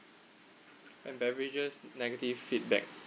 and beverages negative feedback